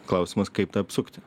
klausimas kaip tą apsukti